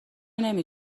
نمی